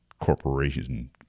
corporations